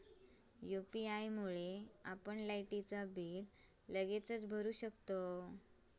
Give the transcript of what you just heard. UPI मुळे आपण लायटीचा बिल लगेचच भरू शकतंव